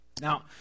Now